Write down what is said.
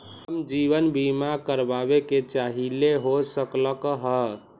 हम जीवन बीमा कारवाबे के चाहईले, हो सकलक ह?